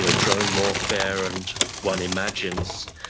yeah drone warfare and one imagines